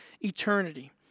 eternity